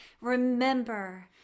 remember